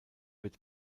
wird